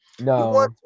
no